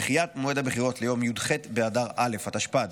דחיית מועד הבחירות ליום י"ח באדר א' התשפ"ד,